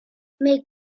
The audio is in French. mais